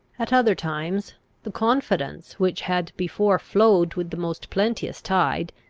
at other times the confidence, which had before flowed with the most plenteous tide,